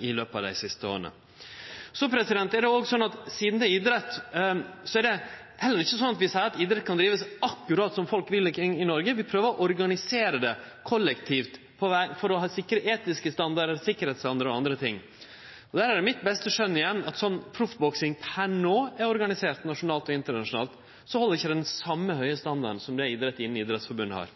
i løpet av dei siste åra. Sidan det er idrett, er det heller ikkje slik at ein kan drive akkurat som folk vil rundt omkring i Noreg. Ein prøver å organisere det kollektivt for å sikre etiske standardar, sikkerheitsstandardardar og andre ting. Der er igjen mitt beste skjønn at slik som proffboksinga per no er organisert nasjonalt og internasjonalt, held ein ikkje den same høge standarden som idretten innan Idrettsforbundet har.